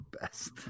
best